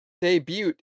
debut